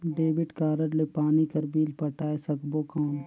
Debit card ले पानी कर बिल पटाय सकबो कौन?